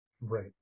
Right